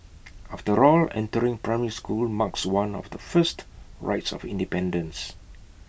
after all entering primary school marks one of the first rites of independence